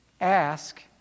Ask